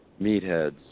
meatheads